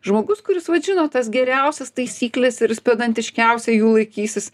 žmogus kuris vat žino tas geriausias taisykles ir jis pedantiškiausiai jų laikysis